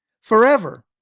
forever